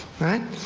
right.